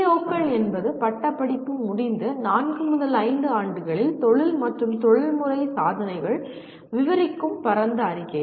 PEO கள் என்பது பட்டப்படிப்பு முடிந்து நான்கு முதல் ஐந்து ஆண்டுகளில் தொழில் மற்றும் தொழில்முறை சாதனைகளை விவரிக்கும் பரந்த அறிக்கைகள்